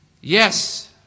Yes